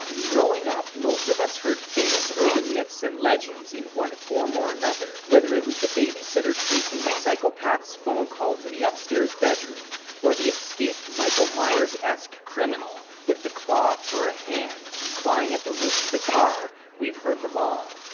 growing up, most of us heard famous urban myths and legends in one form or another. whether it was the babysitter tracing the psychopath's phone call to the upstairs bedroom or the escaped michael meyers-esque criminal with the claw for a hand clawing at the roof of the car, we've heard them all.